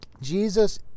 Jesus